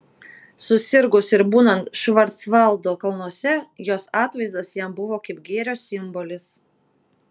susirgus ir būnant švarcvaldo kalnuose jos atvaizdas jam buvo kaip gėrio simbolis